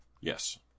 yes